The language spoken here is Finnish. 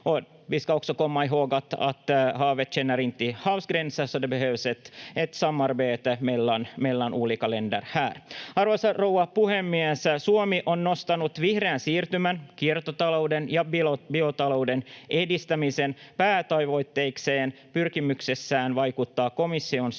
Arvoisa rouva puhemies! Suomi on nostanut vihreän siirtymän, kiertotalouden ja biotalouden edistämisen päätavoitteikseen pyrkimyksissään vaikuttaa komission seuraavaan